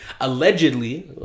allegedly